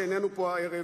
שאיננו פה הערב,